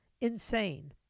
insane